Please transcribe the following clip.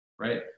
right